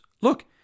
look